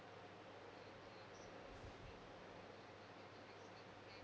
so